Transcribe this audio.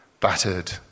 battered